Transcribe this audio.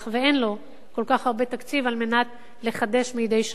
ואין לו כל כך הרבה תקציב על מנת לחדש מדי שנה.